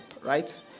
right